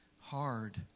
hard